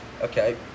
okay